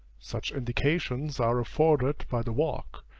such indications are afforded by the walk,